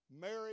Mary